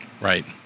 right